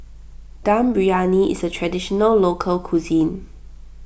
Dum Briyani is a Traditional Local Cuisine